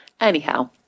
anyhow